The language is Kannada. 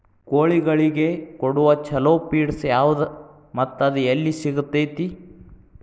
ಕೋಳಿಗಳಿಗೆ ಕೊಡುವ ಛಲೋ ಪಿಡ್ಸ್ ಯಾವದ ಮತ್ತ ಅದ ಎಲ್ಲಿ ಸಿಗತೇತಿ?